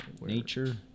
Nature